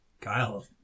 Kyle